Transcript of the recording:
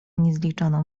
niezliczoną